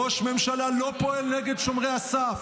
ראש ממשלה לא פועל נגד שומרי הסף